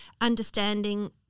understanding